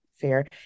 fair